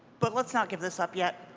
but let's not give this up yet.